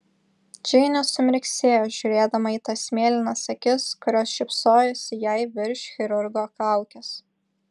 džeinė sumirksėjo žiūrėdama į tas mėlynas akis kurios šypsojosi jai virš chirurgo kaukės